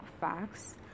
facts